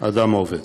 אדם עובד.